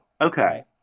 Okay